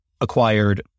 acquired